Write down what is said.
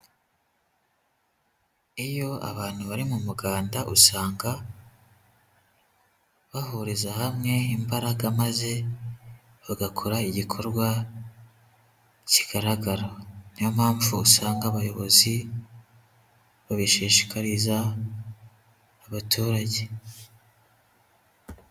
Iyo abantu bari mu muganda, usanga bahuriza hamwe imbaraga, maze bagakora igikorwa kigaragara, niyo mpamvu usanga abayobozi babishishikariza abaturage.